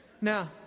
Now